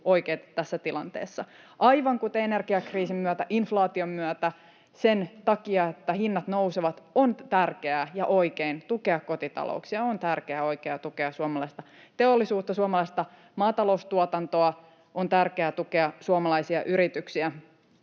oikeat tässä tilanteessa, aivan kuten energiakriisin myötä, inflaation myötä, sen takia, että hinnat nousevat, on tärkeää ja oikein tukea kotitalouksia. On tärkeää ja oikein tukea suomalaista teollisuutta, suomalaista maataloustuotantoa, on tärkeää tukea suomalaisia yrityksiä,